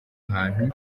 hantu